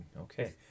Okay